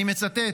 אני מצטט: